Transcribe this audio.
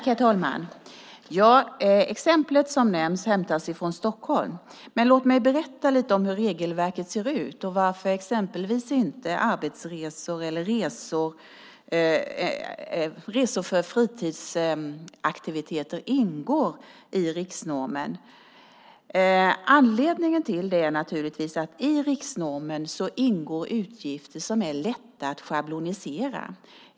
Herr talman! Exemplet som ges är hämtat från Stockholm. Låt mig berätta lite om hur regelverket ser ut och varför exempelvis inte arbetsresor eller resor för fritidsaktiviteter ingår i riksnormen. Anledningen till det är naturligtvis att i riksnormen ingår utgifter som är lätta att schablonisera.